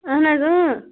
اہن حظ اۭں